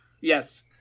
Yes